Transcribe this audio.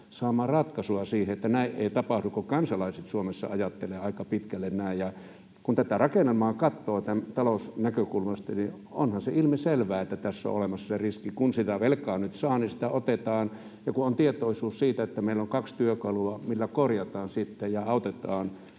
saamaan ratkaisua siihen, että näin ei tapahdu, kun kansalaiset Suomessa ajattelevat aika pitkälle näin? Ja kun tätä rakennelmaa katsoo talousnäkökulmasta, niin onhan se ilmiselvää, että tässä on olemassa se riski, että kun sitä velkaa nyt saa, niin sitä otetaan. Ja kun on tietoisuus siitä, että meillä on kaksi työkalua, millä korjataan sitten ja autetaan